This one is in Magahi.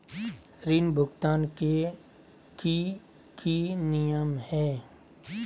ऋण भुगतान के की की नियम है?